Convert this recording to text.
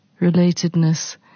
relatedness